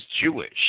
Jewish